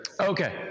Okay